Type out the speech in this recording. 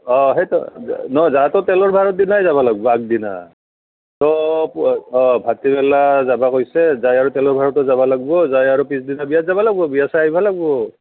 অ সেইটো না তেলৰ ভাড়াৰ দিনাই যাব লাগিব আগদিনা তো অ ভাটিবেলা যাবা কৈছে যাই আৰু তেলৰ ভাড়াটো যাব লাগিব যাই আৰু পিছদিনা বিয়া যাব লাগিব বিয়া চাই আহিব লাগিব